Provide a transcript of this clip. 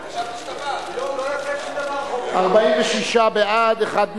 46 בעד, אחד נגד,